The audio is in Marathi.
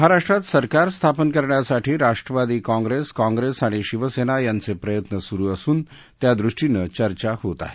महर्तिक्रिति सरकार स्थापन करण्यासाठी राष्ट्रवादी काँप्रेस काँप्रेस आणि शिवसेना यांचे प्रयत्न सुरु असून त्यादृष्टीनं चर्चा होत आहेत